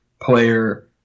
player